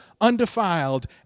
undefiled